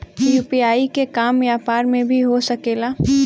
UPI के काम व्यापार में भी हो सके ला?